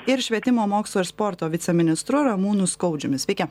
ir švietimo mokslo ir sporto viceministru ramūnu skaudžiumi sveiki